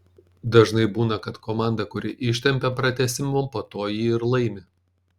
dažnai būna kad komanda kuri ištempią pratęsimą po to jį ir laimi